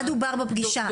מה דובר בפגישה?